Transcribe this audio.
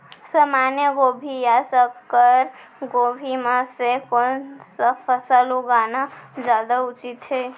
सामान्य गोभी या संकर गोभी म से कोन स फसल लगाना जादा उचित हे?